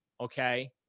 okay